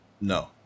No